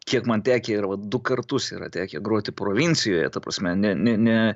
kiek man tekę yra va du kartus yra tekę groti provincijoje ta prasme ne ne ne